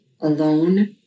alone